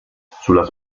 sulla